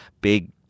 big